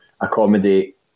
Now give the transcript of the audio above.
accommodate